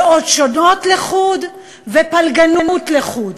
דעות שונות לחוד ופלגנות לחוד,